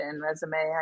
resume